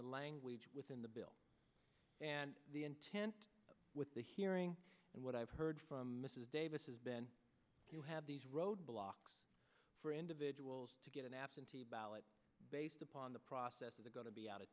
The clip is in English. the language within the bill and the intent with the hearing and what i've heard from mrs davis has been you have these roadblocks for individuals to get an absentee ballot based upon the process of the go to be out